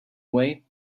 way